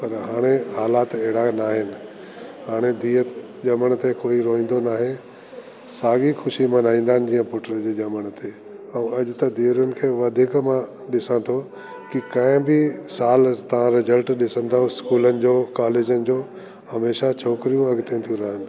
पर हाणे हालात एढ़ा न आहिनि हाणे धीअ ॼमण ते कोइ रोइंदो नाहे साॻी खुशी मनाइंदा इन जीअं पुट्र जे ॼमण ते अऊं अॼु त धीउरुनि खे वधीक मां ॾिसां तो कि कंहिं बि साल तां रिज़ल्ट ॾिसंदव स्कूलन कॉलेजन जो हमेशा छोकरियूं अॻिते तियूं रहन